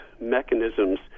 mechanisms